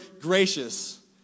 gracious